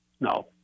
No